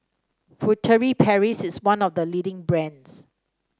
Furtere Paris is one of the leading brands